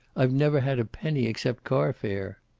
i've never had a penny except carfare.